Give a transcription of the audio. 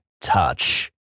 Touch